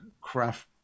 craft